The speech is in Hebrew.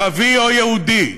ערבי או יהודי,